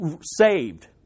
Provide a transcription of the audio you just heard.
saved